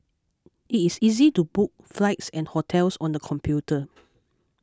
it is easy to book flights and hotels on the computer